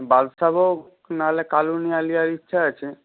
বাদশাভোগ না হলে কালুনিয়া নেওয়ার ইচ্ছে আছে